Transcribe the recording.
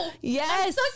yes